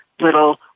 little